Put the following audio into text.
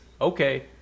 Okay